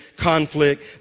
conflict